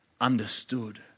understood